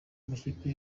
amakipe